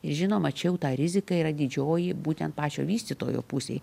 žinoma čia jau ta rizika yra didžioji būtent pačio vystytojo pusėj